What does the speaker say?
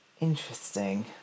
Interesting